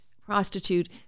prostitute